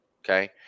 okay